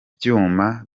byuma